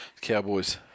Cowboys